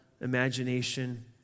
imagination